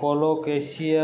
colocasia